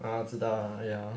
ah 知道 lah ya